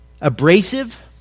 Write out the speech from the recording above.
Abrasive